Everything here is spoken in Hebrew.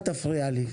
אל תפריע לי.